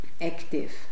active